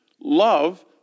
Love